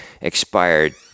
expired